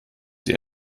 sie